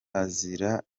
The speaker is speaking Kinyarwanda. azira